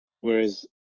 Whereas